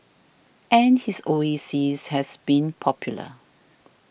and his oasis has been popular